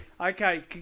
Okay